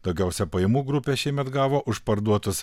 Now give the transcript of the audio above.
daugiausia pajamų grupė šiemet gavo už parduotus